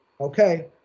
okay